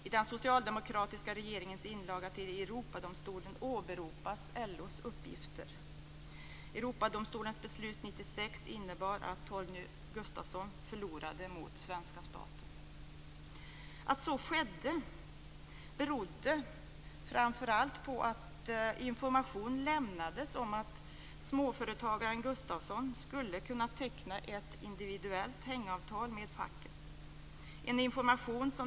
I den socialdemokratiska regeringens inlaga till Europadomstolen åberopas Att så skedde berodde framför allt på att information lämnades om att småföretagaren Gustafsson skulle kunna teckna ett individuellt hängavtal med facket.